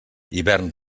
hivern